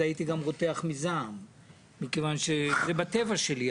אז הייתי גם רותח מזעם מכיוון שזה בטבע שלי.